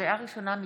לקריאה ראשונה,